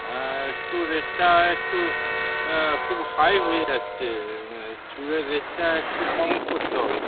একটু রেটটা একটু খুব হাই হয়ে যাচ্ছে চুলের রেটটা একটু কম করতে হবে